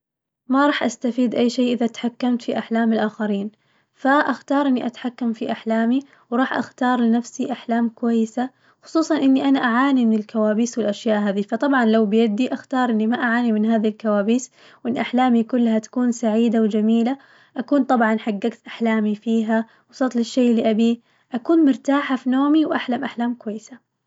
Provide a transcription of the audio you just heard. ما راح أستفيد أي شي إذا تحكمت في أحلام الآخرين، فأختار إني أتحكم في أحلامي وراح أختار لنفسي أحلام كويسة خصوصاً إني أنا أعاني من الكوابيس والأشياء هاذي، فطبعاً لو بيدي أختار إني ما أعاني من هذي الكوابيس وإن أحلامي كلها تكون سعيدة وجميلة، أكون طبعاً حققت أحلامي فيها وصلت للشي اللي أبيه، أكون مرتاحة في نومي وأحلم أحلام كويسة.